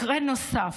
מקרה נוסף: